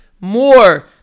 more